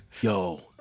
Yo